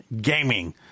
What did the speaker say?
gaming